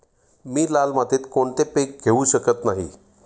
मी लाल मातीत कोणते पीक घेवू शकत नाही?